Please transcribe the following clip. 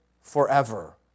forever